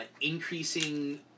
increasing